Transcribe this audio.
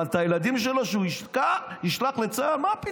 אבל שהוא ישלח לצה"ל את הילדים שלו?